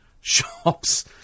shops